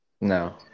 No